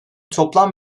toplam